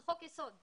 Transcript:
זה חוק יסוד.